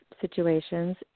situations